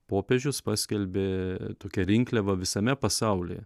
popiežius paskelbė tokią rinkliavą visame pasaulyje